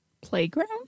Playground